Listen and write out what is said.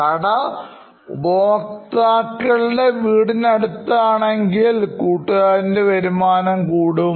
കട ഉപഭോക്താക്കളുടെവീടിനടുത്ത് ആണെങ്കിൽ എൻറെ കൂട്ടുകാരൻറെ വരുമാനം കൂടും